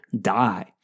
die